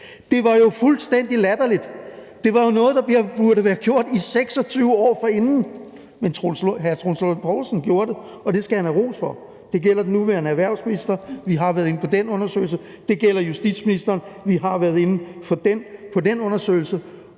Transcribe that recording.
Det var jo fuldstændig latterligt – det var jo noget, der burde være gjort 26 år forinden. Men hr. Troels Lund Poulsen gjorde det, og det skal han have ros for. Det gælder den nuværende erhvervsminister – vi har været inde på den undersøgelse. Det gælder justitsministeren – vi har været inde på den undersøgelse.